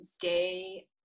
day